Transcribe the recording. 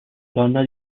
donna